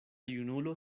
junulo